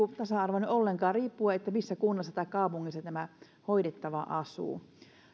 tasa arvoinen ollenkaan ja riippuu siitä missä kunnassa tai kaupungissa tämä hoidettava asuu